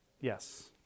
Yes